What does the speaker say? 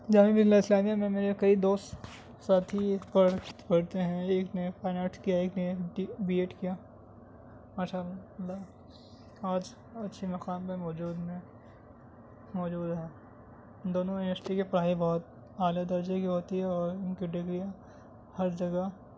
جامعہ ملیہ اسلامیہ میں میرے کئی دوست ساتھی پڑھ پڑھتے ہیں ایک نے فائن آرٹ کیا ایک نے بی ایڈ کیا ماشاء اللہ آج اچھی مقام پہ موجود میں موجود ہیں دونوں یونیورسٹی کے پڑھائی بہت اعلیٰ درجے کی ہوتی ہے اور ان کی ڈگریاں ہر جگہ